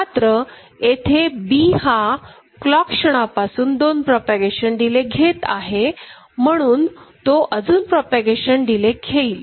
मात्र येथे B हा क्लॉक क्षणापासून दोन प्रोपागेशन डिले घेत आहे म्हणून तो अजून प्रोपागेशन डिले घेईल